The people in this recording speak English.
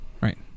right